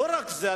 לא רק זה.